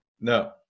No